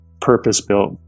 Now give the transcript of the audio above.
purpose-built